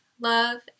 love